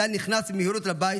ישראל נכנס במהירות לבית,